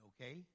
okay